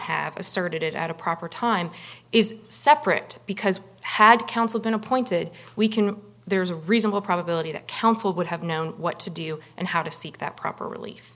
have asserted it at a proper time is separate because had counsel been appointed we can there's a reasonable probability that counsel would have known what to do and how to seek that proper rel